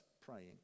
praying